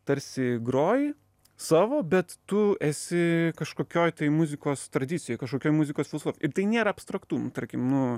tarsi groji savo bet tu esi kažkokioj tai muzikos tradicijoj kažkokioj muzikos ir tai nėra abstraktu nu tarkim nu